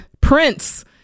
Prince